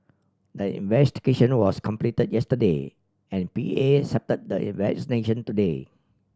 the investigation was completed yesterday and P A the resignation today